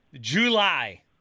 July